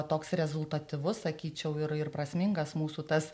toks rezultatyvus sakyčiau ir ir prasmingas mūsų tas